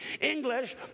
English